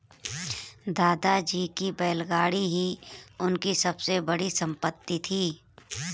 दादाजी की बैलगाड़ी ही उनकी सबसे बड़ी संपत्ति थी